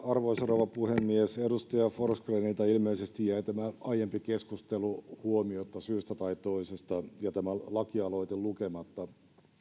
arvoisa rouva puhemies edustaja forsgrenilta ilmeisesti jäi tämä aiempi keskustelu huomiotta syystä tai toisesta ja tämä lakialoite lukematta